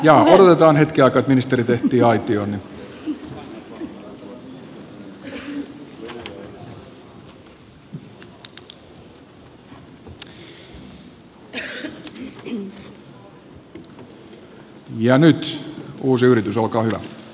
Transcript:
ja nyt uusi yritys olkaa hyvä